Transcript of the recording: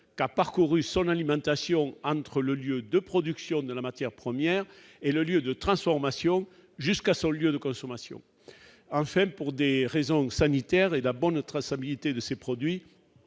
parcourus par son alimentation entre le lieu de production de la matière première et le lieu de transformation, jusqu'à son lieu de consommation. Enfin, pour des raisons sanitaires et afin de garantir la bonne traçabilité de ces produits,